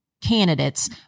candidates